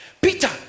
Peter